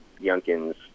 Youngkin's